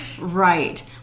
right